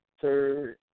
third